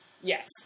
yes